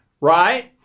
right